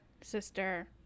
sister